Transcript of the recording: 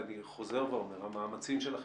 ואני חוזר ואומר: המאמצים שלכם,